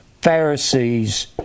Pharisees